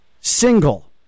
single